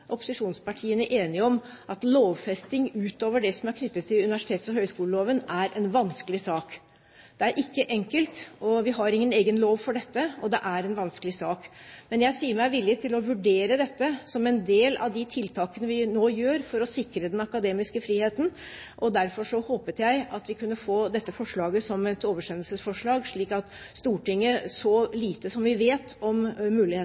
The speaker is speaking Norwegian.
opposisjonspartiene, enige om at lovfesting utover det som er knyttet til universitets- og høgskoleloven, er en vanskelig sak. Det er ikke enkelt. Vi har ingen egen lov for dette, og det er en vanskelig sak. Men jeg sier meg villig til å vurdere dette som en del av de tiltakene vi nå setter inn for å sikre den akademiske friheten. Derfor håpet jeg at vi kunne få dette forslaget som et oversendelsesforslag, slik at Stortinget – så lite som vi vet om